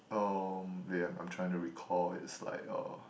um wait ah I'm I'm trying to recall it's like uh